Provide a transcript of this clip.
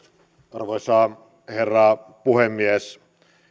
arvoisa herra puhemies